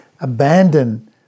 abandon